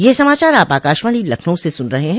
ब्रे क यह समाचार आप आकाशवाणी लखनऊ से सुन रहे हैं